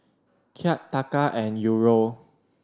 Kyat Taka and Euro